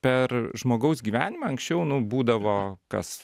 per žmogaus gyvenimą anksčiau nu būdavo kas